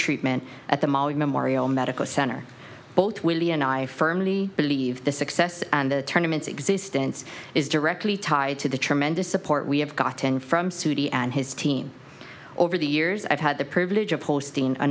treatment at the mali memorial medical center both will be and i firmly believe the success and the tournaments existence is directly tied to the tremendous support we have gotten from sooty and his team over the years i've had the privilege of hosting a